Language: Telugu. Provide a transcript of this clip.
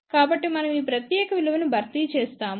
కాబట్టి మనం ఈ ప్రత్యేక విలువను భర్తీ చేస్తాము